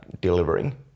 delivering